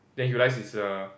then he realised he's err